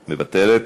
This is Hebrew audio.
מוותרת.